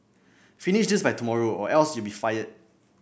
finish this by tomorrow or else you'll be fired